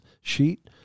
sheet